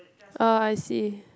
oh I see